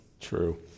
True